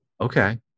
Okay